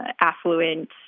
affluent